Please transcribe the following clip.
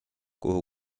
kuhu